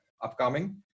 upcoming